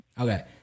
Okay